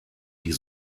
die